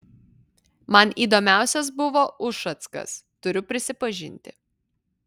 man įdomiausias buvo ušackas turiu prisipažinti